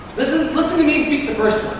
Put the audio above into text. listen listen to me speak the first